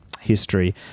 History